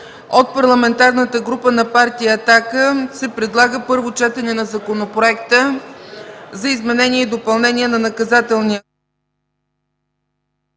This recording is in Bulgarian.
От Парламентарната група на партия „Атака” се предлага Първо четене на Законопроекта за изменение и допълнение на Наказателния